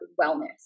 wellness